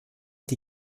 die